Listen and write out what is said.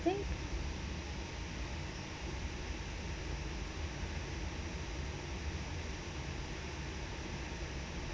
I think